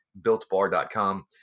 BuiltBar.com